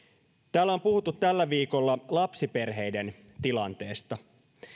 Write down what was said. täällä on puhuttu tällä viikolla lapsiperheiden tilanteesta